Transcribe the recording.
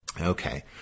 Okay